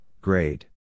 grade